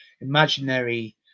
imaginary